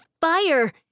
fire